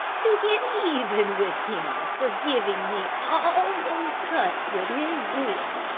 to get even with him for giving me all those cuts with his whip.